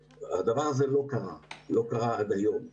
הדבר הזה לא קרה, לא קרה עד היום,